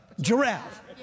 giraffe